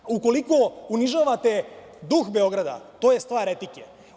Ukoliko unižavate duh Beograda, to je stvar etike.